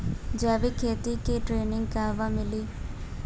जैविक खेती के ट्रेनिग कहवा मिली?